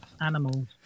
animals